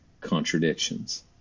contradictions